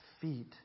feet